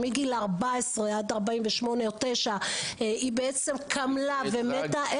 שמגיל 14 עד 48 או 49 היא קמלה ומתה.